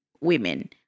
women